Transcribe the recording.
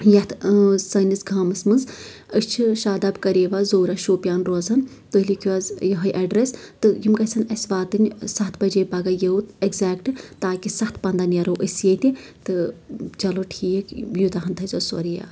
یَتھ سٲنِس گامَس منٛز أسۍ چھِ شاداب کٔرِوا زورہ شوپیان روزان تُہۍ لٮ۪کھِو حظ یِہوے ایڈرَس تہٕ یِم گژھن اَسہِ واتنۍ سَتھ بَجے پگہہ یوٚت ایٚکزیکٹ تاکہِ سَتھ پنٛدہ نیرو أسۍ ییٚتہِ تہٕ چلو ٹھیٖک یوٗتاہ ہن تھٲیٚزیٚو سورٕی یاد